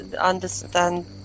understand